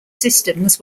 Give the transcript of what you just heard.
systems